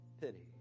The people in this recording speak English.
pity